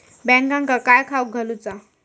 बकऱ्यांका काय खावक घालूचा?